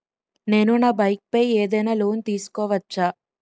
నేను నా బైక్ పై ఏదైనా లోన్ తీసుకోవచ్చా?